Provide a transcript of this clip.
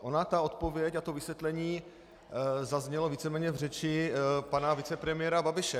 Ona ta odpověď a to vysvětlení zazněly víceméně v řeči pana vicepremiéra Babiše.